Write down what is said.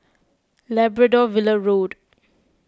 Labrador Villa Road